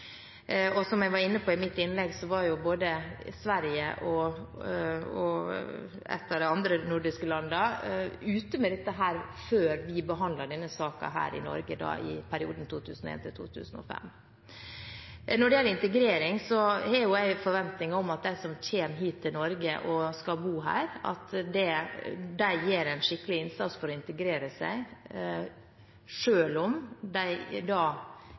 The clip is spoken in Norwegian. Som jeg var inne på i mitt innlegg, var både Sverige og et av de andre nordiske landene ute med dette før vi behandlet denne saken i Norge, i perioden 2001–2005. Når det gjelder integrering, har jeg en forventning om at de som kommer til Norge og skal bo her, gjør en skikkelig innsats for å integrere seg, selv om de